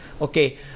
okay